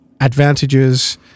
advantages